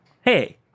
Hey